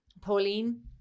Pauline